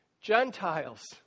Gentiles